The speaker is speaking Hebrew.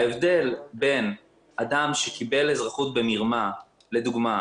ההבדל בין אדם שקיבל אזרחות במרמה לדוגמא,